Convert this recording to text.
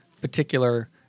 particular